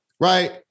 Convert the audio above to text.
right